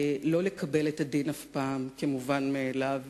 לא לקבל את הדין אף פעם כמובן מאליו,